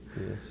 Yes